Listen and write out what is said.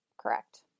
Correct